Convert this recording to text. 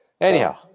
Anyhow